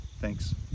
Thanks